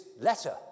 letter